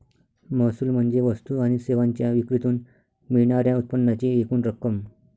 महसूल म्हणजे वस्तू आणि सेवांच्या विक्रीतून मिळणार्या उत्पन्नाची एकूण रक्कम